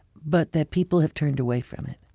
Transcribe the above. but that people have turned away from it.